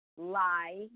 lie